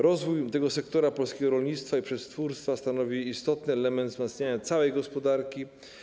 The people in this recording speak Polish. Rozwój sektora polskiego rolnictwa i przetwórstwa stanowi istotny element wzmacniania całej gospodarki.